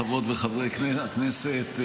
חברות וחברי הכנסת,